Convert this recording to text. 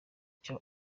icyo